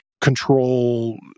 control